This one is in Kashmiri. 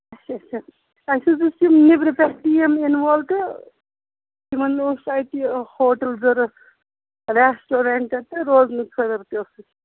اَچھا اَچھا اَسہِ حظ ٲس یِم نٮ۪برٕ پٮ۪ٹھ ٹیٖم یِنہٕ وول تہٕ تِمن اوس اَتہِ یہِ ہوٹل ضوٚرَتھ رٮ۪ٮ۪ٹورنٛٹ تہٕ روزٕنہٕ خٲطرٕ تہِ